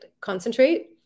concentrate